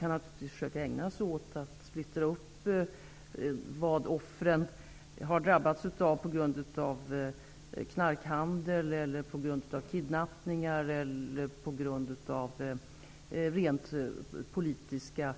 Naturligtvis kan man försöka dela upp vad som drabbat offren på grund av knarkhandel, kidnappningar eller rent politiska